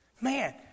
Man